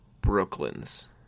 Brooklyn's